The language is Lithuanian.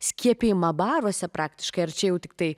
skiepijimą baruose praktiškai ar čia jau tiktai